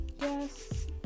yes